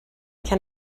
can